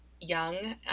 young